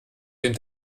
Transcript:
dem